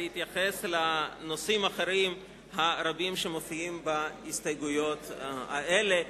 התייחס לנושאים האחרים הרבים שמופיעים בהסתייגויות האלה,